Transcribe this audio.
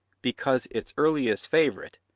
because its earliest favourite,